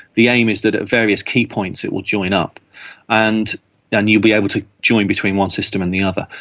the aim is that at various key points it will join up and and you'll be able to join between one system and the other.